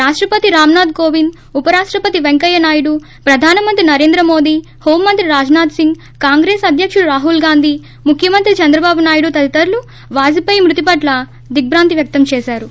రాష్ట పతి రామ్సాథ్ కోవింద్ ఉపరాస్స పతి పెంకయ్య నాయుడు ప్రధాన మంత్ర్ నరేంద్ర మోడీ హోం మంత్రి రాజ్వాస్ట్ సింగ్ కాంగ్రెస్ అద్భకుడు రాహుల్ గాంధీ ముక్కమంత్రి చంద్రబాబు నాయుడు తదితరులు వాజపేయి మృతి పట్ల దిగ్బాంతి వ్యక్తం చేశారు